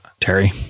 Terry